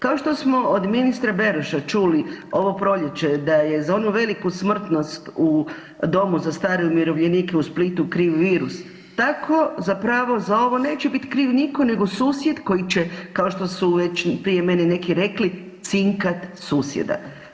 Kao što smo od ministra Beroša čuli ovo proljeće da je za onu veliku smrtnost u Domu za starije i umirovljenike u Splitu kriv virus tako zapravo za ovo neće biti kriv nitko nego susjed koji će kao što već prije mene neki rekli cinkat susjeda.